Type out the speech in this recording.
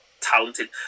talented